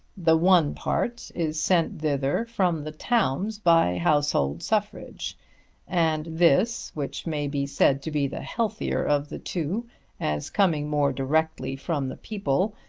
the one part is sent thither from the towns by household suffrage and, this, which may be said to be the healthier of the two as coming more directly from the people,